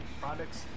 products